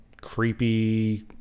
creepy